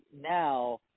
now